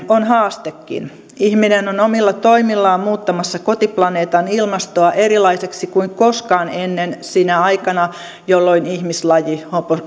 on haastekin ihminen on omilla toimillaan muuttamassa kotiplaneetan ilmastoa erilaiseksi kuin koskaan ennen sinä aikana jolloin ihmislaji